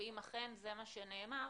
ואם אכן זה מה שנאמר